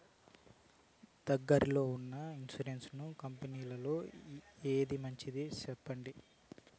దగ్గర లో ఉన్న ఇన్సూరెన్సు కంపెనీలలో ఏది మంచిది? సెప్పండి?